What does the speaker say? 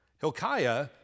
Hilkiah